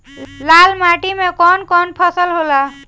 लाल माटी मे कवन कवन फसल होला?